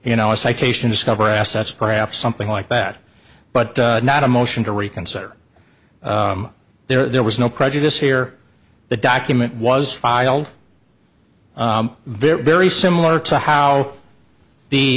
you know a citation discovery assets perhaps something like that but not a motion to reconsider there was no prejudice here the document was filed very similar to how the